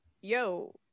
yo